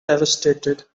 devastated